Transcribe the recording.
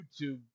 YouTube